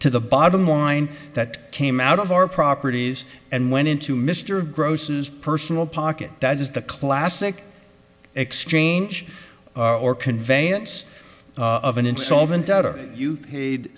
to the bottom line that came out of our properties and went into mr gross's personal pocket that is the classic exchange or conveyance of an insolvent outer you paid